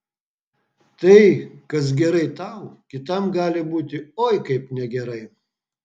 tai kas gerai tau kitam gali būti oi kaip negerai